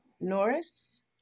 Norris